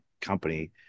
company